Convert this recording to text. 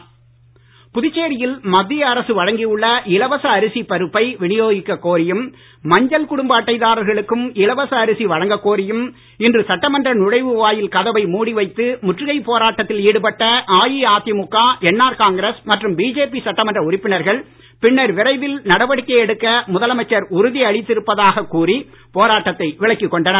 புதுச்சேரி போராட்டம் புதுச்சேரியில் மத்திய அரசு வழங்கி உள்ள இலவசஅரிசி பருப்பை விநியோகிக்க கோரியும் மஞ்சள் குடும்ப அட்டைதாரர்களுக்கும் இலவச அரிசி வழங்க கோரியும் இன்று சட்டமன்ற நுழைவு வாயில் கதவை மூடி வைத்து முற்றுகைப் போராட்டத்தில் ஈடுபட்ட அஇஅதிமுக என்ஆர் காங்கிரஸ் மற்றும் பிஜேபி சட்டமன்ற உறுப்பினர்கள் பின்னர் விரைவில் நடவடிக்கை எடுக்க முதலமைச்சர் உறுதி அளித்திருப்பதாக கூறி போராட்டத்தை விலக்கிக் கொண்டனர்